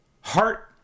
heart